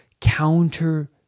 counter